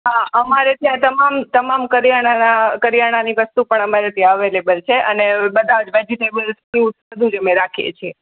હા અમારે ત્યાં તમારી તમામ કરિયાણાનાં કરિયાણાની વસ્તુ પણ અમારે ત્યાં અવેલેબલ છે અને બધા જ વેજીટેબલ્સ ફ્રૂટ્સ બધુ જ અમે રાખીએ છીએ